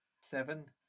Seven